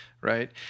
right